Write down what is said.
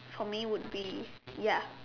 for me would be ya